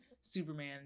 superman